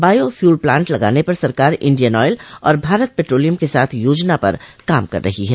bio fuel plant लगाने पर सरकार इंडियन ऑयल और भारत पेट्रोलियम के साथ योजना पर काम कर रही है